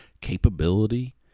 capability